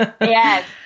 Yes